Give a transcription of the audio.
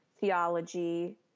theology